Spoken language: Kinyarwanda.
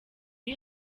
uri